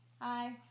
Hi